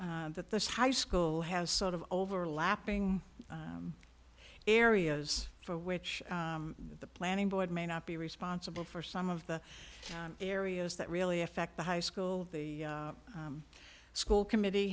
that this high school has sort of overlapping areas for which the planning board may not be responsible for some of the areas that really affect the high school the school committee